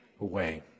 away